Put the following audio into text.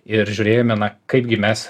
ir žiūrėjome na kaipgi mes